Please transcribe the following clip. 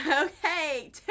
okay